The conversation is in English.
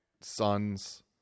son's